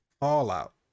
Fallout